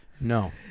no